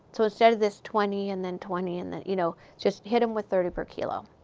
so instead of this twenty, and then twenty, and then you know just hit them with thirty per kilo.